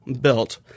built